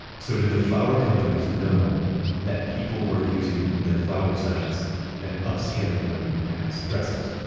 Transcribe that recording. so did the flour companies know that people were using their flour sacks and upscaling them as dresses?